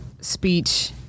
speech